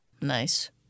Nice